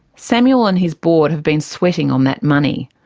samuel and his board have been sweating on that money.